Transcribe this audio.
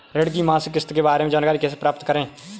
ऋण की मासिक किस्त के बारे में जानकारी कैसे प्राप्त करें?